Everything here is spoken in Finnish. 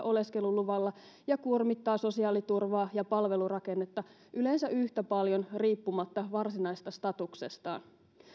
oleskeluluvalla ja kuormittaa sosiaaliturvaa ja palvelurakennetta yleensä yhtä paljon riippumatta varsinaisesta statuksestaan